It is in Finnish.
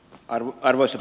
arvoisa puhemies